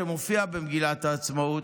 שמופיע במגילת העצמאות,